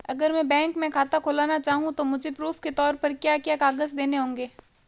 अगर मैं बैंक में खाता खुलाना चाहूं तो मुझे प्रूफ़ के तौर पर क्या क्या कागज़ देने होंगे?